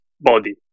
body